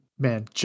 Man